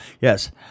Yes